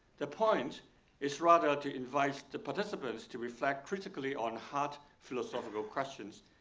the point is rather to invite the participants to reflect critically on hard philosophical questions,